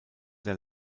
der